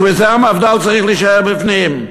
לכן המפד"ל צריכה להישאר בפנים.